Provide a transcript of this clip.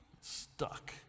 stuck